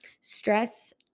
Stress